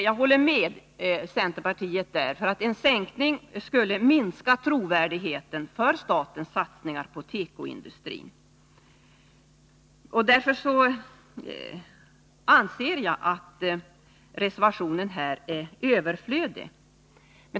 Jag håller med centerpartiet om att en sänkning skulle minska trovärdigheten för statens satsningar på tekoindustrin. Därför anser jag att reservationen är överflödig.